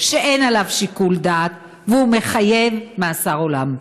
שאין עליו שיקול דעת והוא מחייב מאסר עולם.